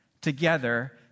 together